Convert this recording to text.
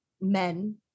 men